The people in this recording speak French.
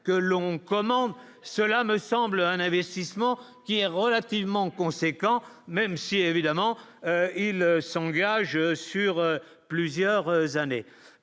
que l'on commande, cela me semble un investissement qui est relativement conséquent, même si évidemment il s'engage sur plusieurs années